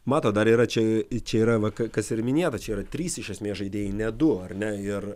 matot dar yra čia čia yra va kas ir minėta čia yra trys iš esmės žaidėjai ne du ar ne ir